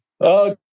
Okay